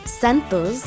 Santos